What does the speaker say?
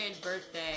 birthday